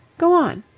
go on.